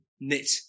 knit